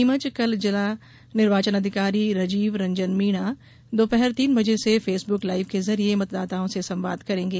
नीमच कल जिला निर्वाचन अधिकारी रजीव रंजन मीणा दोपहर तीन बजे से फेसबुक लाइव के जरिये मतदाताओं से संवाद करेंगे